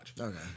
Okay